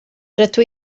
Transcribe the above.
rydw